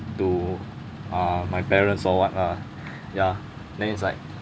to uh my parents or what lah ya then it's like